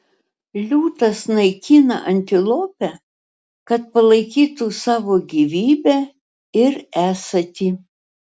liūtas naikina antilopę kad palaikytų savo gyvybę ir esatį